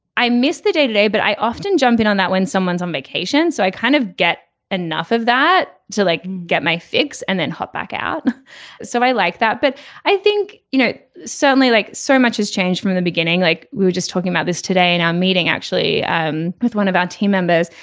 i miss the day to day but i often jump in on that when someone's on vacation. so i kind of get enough of that to like get my fix and then hop back out and so i like that but i think you know certainly like so much has changed from the beginning like we were just talking about this today and our meeting actually um with one of our team members.